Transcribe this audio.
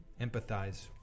empathize